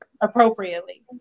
appropriately